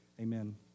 Amen